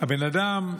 הבן אדם,